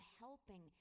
helping